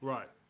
Right